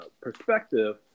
perspective